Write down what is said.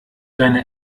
deine